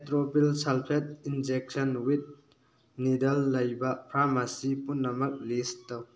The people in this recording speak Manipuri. atropine sulphate injection with needle ꯂꯩꯕ ꯐꯥꯔꯃꯥꯁꯤ ꯄꯨꯝꯅꯃꯛ ꯂꯤꯁ ꯇꯧ